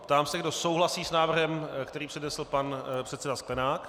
Ptám se, kdo souhlasí s návrhem, který přednesl pan předseda Sklenák.